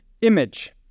image